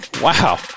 Wow